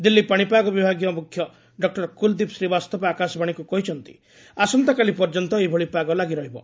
ଦିଲ୍ଲୀ ପାଣିପାଗ ବିଭାଗୀୟ ମୁଖ୍ୟ ଡକ୍ଟର କୁଲ୍ଦୀପ୍ ଶ୍ରୀବାସ୍ତବ ଆକାଶବାଣୀକୁ କହିଛନ୍ତି ଆସନ୍ତାକାଲି ପର୍ଯ୍ୟନ୍ତ ଏହିଭଳି ପାଗ ଲାଗି ରହିବ